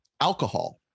alcohol